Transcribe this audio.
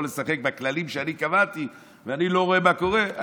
לשחק בכללים שאני קבעתי ואני לא רואה מה קורה?